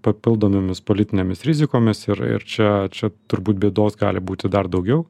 papildomomis politinėmis rizikomis ir ir čia čia turbūt bėdos gali būti dar daugiau